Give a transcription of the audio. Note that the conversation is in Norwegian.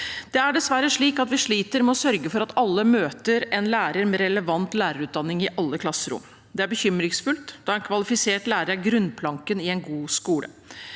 Det er dessverre slik at vi sliter med å sørge for at alle møter en lærer med relevant lærerutdanning i alle klasserom. Det er bekymringsfullt, da en kvalifisert lærer er grunnplanken i en god skole.